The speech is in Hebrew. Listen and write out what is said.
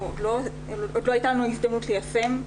עוד לא הייתה לנו הזדמנות ליישם.